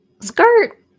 Skirt